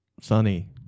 Sunny